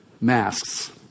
Masks